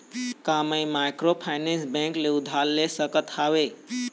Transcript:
का मैं microfinance bank से उधार ले सकत हावे?